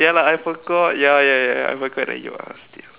ya lah I forgot ya ya ya I forgot that you are still